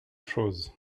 chose